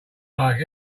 like